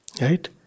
Right